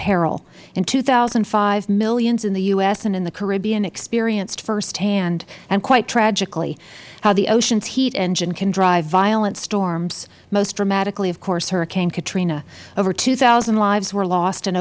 peril in two thousand and five millions in the u s and in the caribbean experienced firsthand and quite tragically how the ocean's heat engine can drive violent storms most dramatically of course hurricane katrina over two thousand lives were lost and